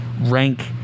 rank